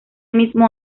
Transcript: mismo